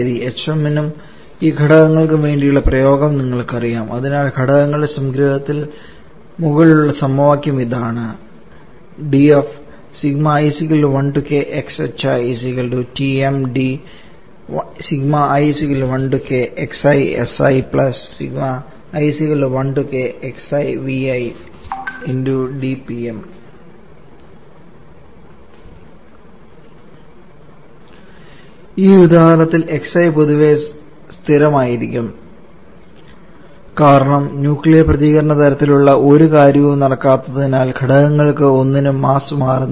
hm നും ഈ ഘടകങ്ങൾക്കും വേണ്ടിയുള്ള പ്രയോഗം നിങ്ങൾക്കറിയാം അതിനാൽ ഘടകങ്ങളുടെ സംഗ്രഹത്തിൽ മുകളിലുള്ള സമവാക്യം ഇപ്രകാരമാണ് ഈ ഉദാഹരണത്തിൽ xi പൊതുവേ സ്ഥിരമായിരിക്കും കാരണം ന്യൂക്ലിയർ പ്രതികരണ തരത്തിലുള്ള ഒരു കാര്യവും നടക്കാത്തതിനാൽ ഘടകങ്ങൾക്ക് ഒന്നിനും മാസ് മാറുന്നില്ല